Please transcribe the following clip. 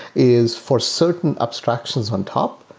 is for certain abstractions on top,